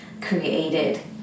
created